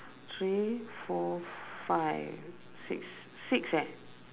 three four five six six eh